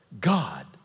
God